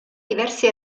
diversi